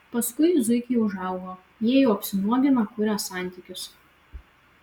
paskui zuikiai užaugo jie jau apsinuogina kuria santykius